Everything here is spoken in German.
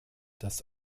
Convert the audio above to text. das